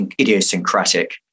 idiosyncratic